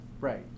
Right